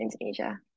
Indonesia